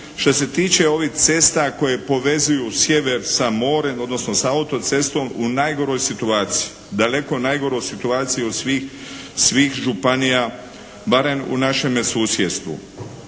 što se tiče ovih cesta koje povezuju sjever sa more, odnosno sa autocestom u najgoroj situaciji. Daleko najgoroj situaciji od svih županija, barem u našeme susjedstvu.